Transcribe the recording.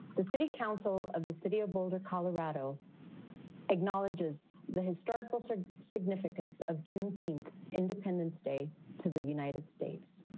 the city council of the city of boulder, colorado acknowledges the historical sort of significance of juneteenth independence day to the united states.